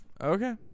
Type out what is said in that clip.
Okay